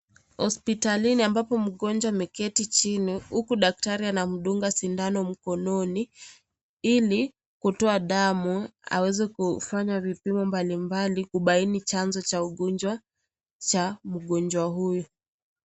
Hospitalini ambapo mgonjwa ameketi chini huku daktari anamdunga sindano mkononi ili kutoa damu aweze kufanya vipimo mbalimbali kubaini chanzo cha ugonjwa cha mgonjwa huyu.